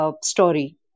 Story